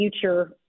future